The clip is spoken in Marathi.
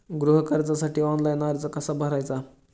गृह कर्जासाठी ऑनलाइन अर्ज कसा भरायचा?